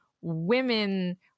women